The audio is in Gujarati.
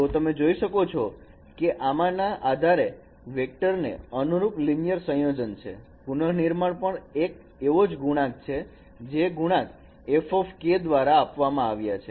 તો તમે જોઈ શકો છો કે આમાં ના આધાર વેક્ટર ને અનુરૂપ લિનિયર સંયોજન છે પુનનિર્માણ પણ એક ગુણાંક છે જે ગુણાંક છે fˆ દ્વારા આપવામાં આવ્યા છે